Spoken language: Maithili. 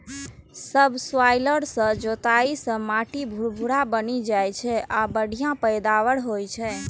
सबसॉइलर सं जोताइ सं माटि भुरभुरा बनि जाइ छै आ बढ़िया पैदावार होइ छै